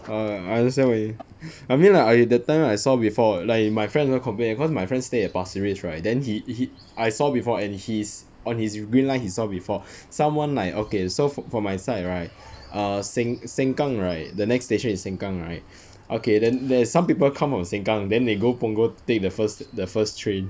err I understand what you mean I mean like I that time I saw before like my friend also complain cause my friend stay at pasir ris right then he he I saw before and he's on his green line he saw before someone like okay so fo~ for my side right err seng~ sengkang right the next station is sengkang right okay then there's some people come from sengkang then they go punggol take the first the first train